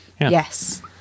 Yes